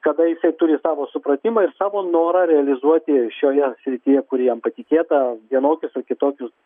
kada jisai turi savo supratimą ir savo norą realizuoti šioje srityje kuri jam patikėta vienokius ar kitokius